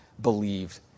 believed